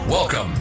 Welcome